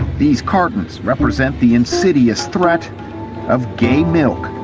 these cartons represent the insidious threat of gay milk.